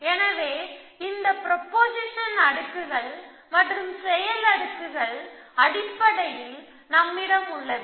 எனவே இந்த ப்ரொபொசிஷன் அடுக்குகள் மற்றும் செயல் அடுக்குகள் அடிப்படையில் நம்மிடம் உள்ளது